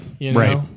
Right